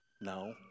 No